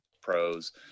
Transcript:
pros